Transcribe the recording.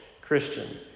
Christian